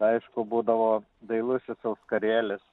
aišku būdavo dailusis auskarėlis